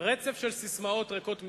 רצף של ססמאות ריקות מתוכן,